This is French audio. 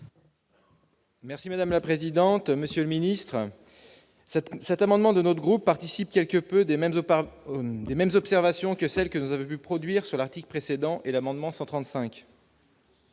Merci madame la présidente, monsieur le ministre, cet cet amendement de notre groupe participent quelque peu des mêmes par l'ONU, les mêmes observations que celle que vous avez pu produire sur l'article précédent et l'amendement 135.